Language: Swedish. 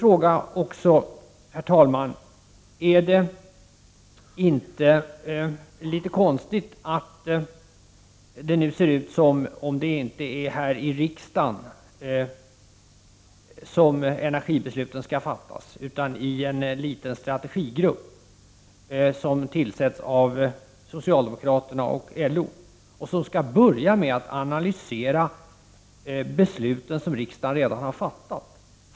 Jag vill också fråga: Är det inte litet konstigt att det nu ser ut som om det inte är här i riksdagen som energibesluten skall fattas, utan i en liten strategigrupp som tillsätts av socialdemokraterna och LO och som skall börja med att analysera de beslut som riksdagen redan har fattat?